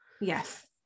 Yes